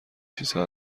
چیزها